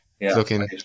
looking